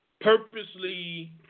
purposely